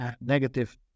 negative